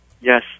Yes